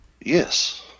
Yes